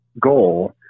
goal